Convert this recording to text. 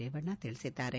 ರೇವಣ್ಣ ತಿಳಿಸಿದ್ದಾರೆ